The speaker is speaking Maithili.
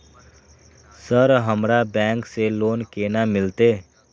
सर हमरा बैंक से लोन केना मिलते?